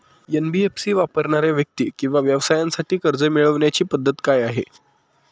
NBFC वापरणाऱ्या व्यक्ती किंवा व्यवसायांसाठी कर्ज मिळविण्याची पद्धत काय आहे?